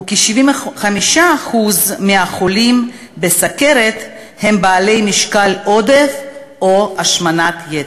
וכ־75% מהחולים בסוכרת הם בעלי משקל עודף או השמנת יתר.